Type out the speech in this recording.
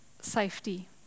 safety